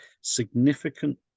significant